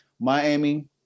Miami